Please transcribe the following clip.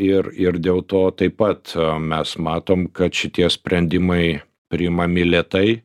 ir ir dėl to taip pat mes matom kad šitie sprendimai priimami lėtai